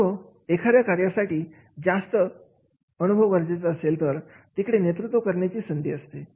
अनुभव एखाद्या कार्यासाठी जास्त अनुभव गरजेचा असेल तर तिकडे नेतृत्व करण्याची संधी असते